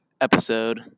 Episode